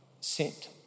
sent